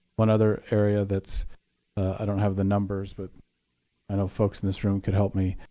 one other area that's i don't have the numbers, but i know folks in this room could help me.